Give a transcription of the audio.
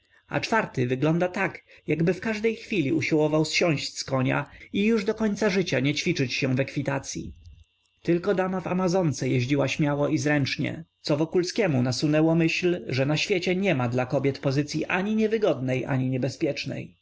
a czwarty wygląda tak jakby w każdej chwili usiłował zsiąść z konia i już do końca życia nie ćwiczyć się w ekwitacyi tylko dama w amazonce jeździła śmiało i zręcznie co wokulskiemu nasunęło myśl że na świecie niema dla kobiet pozycyi ani niewygodnej ani niebezpiecznej